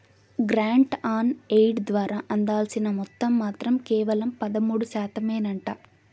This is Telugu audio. గ్రాంట్ ఆన్ ఎయిడ్ ద్వారా అందాల్సిన మొత్తం మాత్రం కేవలం పదమూడు శాతమేనంట